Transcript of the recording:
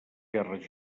guerres